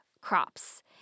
crops